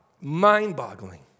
Mind-boggling